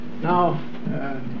Now